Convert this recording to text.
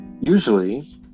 Usually